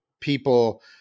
people